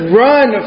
run